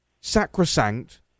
sacrosanct